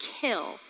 kill